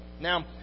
Now